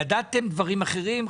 ידעתם דברים אחרים?